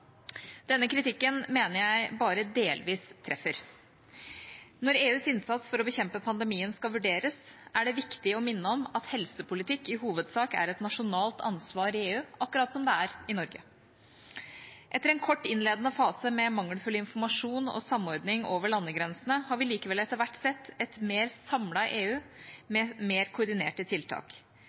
Denne kritikken mener jeg bare treffer delvis. Når EUs innsats for å bekjempe pandemien skal vurderes, er det viktig å minne om at helsepolitikk i hovedsak er et nasjonalt ansvar i EU, akkurat som det er i Norge. Etter en kort innledende fase med mangelfull informasjon og samordning over landegrensene har vi likevel etter hvert sett et mer samlet EU med mer koordinerte tiltak.